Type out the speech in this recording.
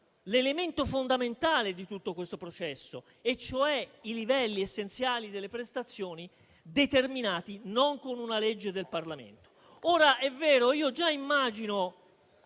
l'elemento fondamentale di tutto questo processo, e cioè i livelli essenziali delle prestazioni, che non saranno determinati con una legge del Parlamento.